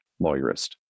lawyerist